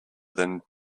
than